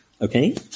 Okay